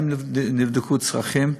האם נבדקו צרכים.